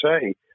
say